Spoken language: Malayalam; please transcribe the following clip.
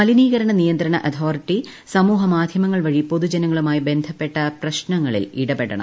മലിന്റ്റ്കുര്ണ നിയന്ത്രണ അതോറിറ്റി സമൂഹ മാധ്യമങ്ങൾ വഴി പൊതു് ജനങ്ങളുമായി ബന്ധപ്പെട്ട പ്രശ്നങ്ങളിൽ ഇടപെടണം